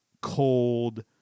Cold